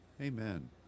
amen